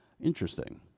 Interesting